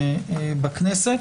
בכנסת.